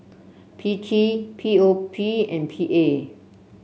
P T P O P and P A